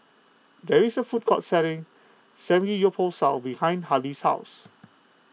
there is a food court selling Samgeyopsal behind Halley's house